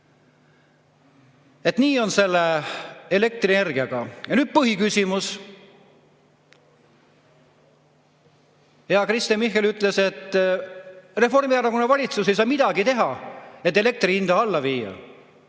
Nii on selle elektrienergiaga. Ja nüüd põhiküsimus. Hea Kristen Michal ütles, et Reformierakonna valitsus ei saa midagi teha, et elektri hinda alla viia.